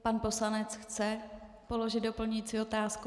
Pan poslanec chce položit doplňující otázku.